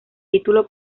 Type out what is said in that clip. título